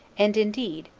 and indeed,